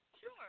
Sure